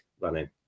running